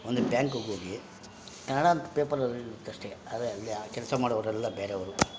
ಒಂದು ಬ್ಯಾಂಕುಗೆ ಹೋಗಿ ಕನ್ನಡಾಂತ ಪೇಪರಲ್ಲಿರುತ್ತೆ ಅಷ್ಟೇಯ ಆದರೆ ಅಲ್ಲಿ ಆ ಕೆಲಸ ಮಾಡೋವ್ರೆಲ್ಲ ಬೇರೆವ್ರು